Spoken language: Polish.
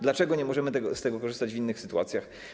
Dlaczego nie można z tego korzystać w innych sytuacjach?